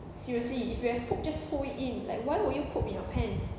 seriously if you have poop just hold it in like why would you poop in your pants